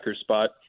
spot